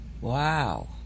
Wow